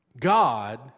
God